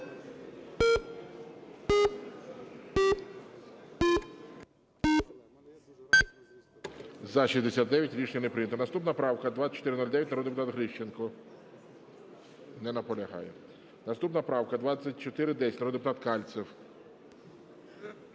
За-69 Рішення не прийнято. Наступна правка – 2409, народний депутат Грищенко. Не наполягає. Наступна правка – 2410, народний депутат Кальцев.